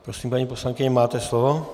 Prosím, paní poslankyně, máte slovo.